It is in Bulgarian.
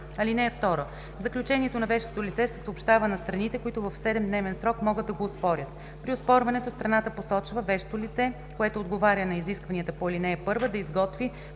власт. (2) Заключението на вещото лице се съобщава на страните, които в седемдневен срок могат да го оспорят. При оспорването страната посочва вещо лице, което отговаря на изискванията по ал. 1, да изготви